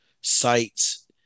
sites